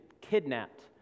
kidnapped